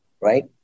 Right